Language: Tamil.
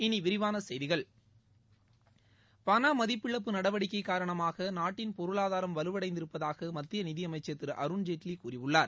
இனி விரிவான செய்திகள் பணமதிப்பிழப்பு நடவடிக்கை காரணமாக நாட்டின் பொருளாதாரம் வலுவடைந்திருப்பதாக மத்திய நிதி அமைச்சர் திரு அருண்ஜேட்லி கூறியுள்ளார்